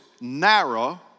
narrow